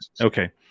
Okay